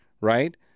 right